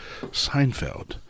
Seinfeld